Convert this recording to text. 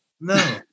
No